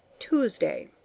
tuesday.